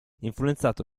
influenzato